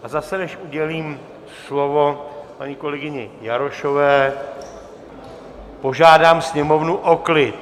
A zase než udělím slovo paní kolegyni Jarošové, požádám Sněmovnu o klid.